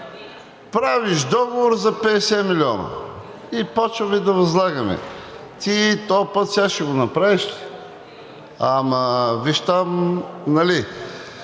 Правиш договор за 50 милиона и почваме да възлагаме – ти този път ще го направиш ли, ама виж там нали...